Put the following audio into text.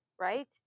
right